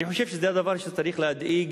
אני חושב שזה דבר שצריך להדאיג